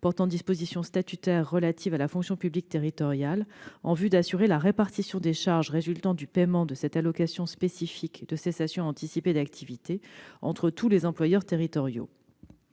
portant dispositions statutaires relatives à la fonction publique territoriale, en vue d'assurer la répartition des charges résultant du paiement de l'allocation spécifique de cessation anticipée d'activité entre tous les employeurs territoriaux.